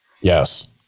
Yes